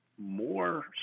more